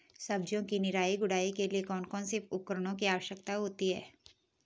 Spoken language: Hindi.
सब्जियों की निराई गुड़ाई के लिए कौन कौन से उपकरणों की आवश्यकता होती है?